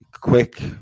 Quick